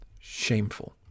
Shameful